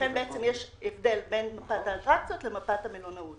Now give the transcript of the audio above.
לכן בעצם יש הבדל בין מפת האטרקציות לבין מפת המלונאות.